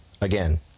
again